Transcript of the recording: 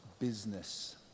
business